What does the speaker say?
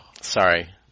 Sorry